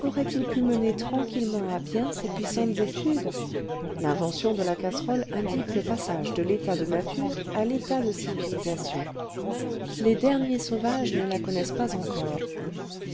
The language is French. aurait-il pu mener tranquillement à bien ses puissantes études l'invention de la casserole indique le passage de l'état de nature à l'état de civibsation les derniers lje vingtième siècle sauvages ne la connaissent pas encore